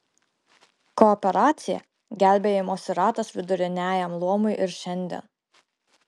kooperacija gelbėjimosi ratas viduriniajam luomui ir šiandien